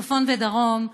צפון ודרום,